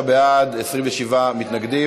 39 בעד, 27 מתנגדים.